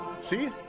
See